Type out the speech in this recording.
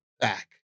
back